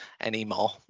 anymore